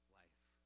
life